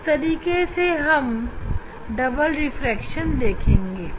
इस तरीके से हम डबल रिफ्रैक्शन देखेंगे